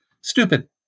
Stupid